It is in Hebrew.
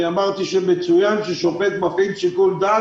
אמרתי שמצוין ששופט מפעיל שיקול דעת